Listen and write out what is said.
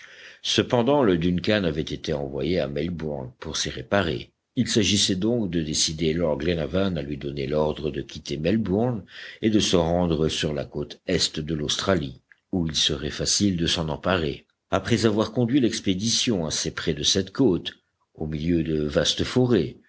cependant le duncan avait été envoyé à melbourne pour s'y réparer il s'agissait donc de décider lord glenarvan à lui donner l'ordre de quitter melbourne et de se rendre sur la côte est de l'australie où il serait facile de s'en emparer après avoir conduit l'expédition assez près de cette côte au milieu de vastes forêts